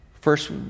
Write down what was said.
First